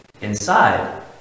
inside